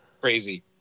crazy